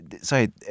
Sorry